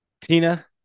tina